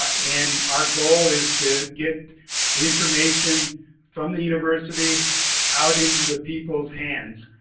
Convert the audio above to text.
and our goal is to get the information from the university out into the people's hands.